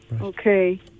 okay